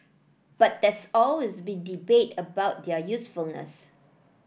but there's always been debate about their usefulness